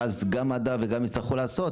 ואז גם מד"א וגם זה יצטרכו לעשות.